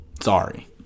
sorry